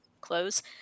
close